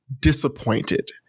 disappointed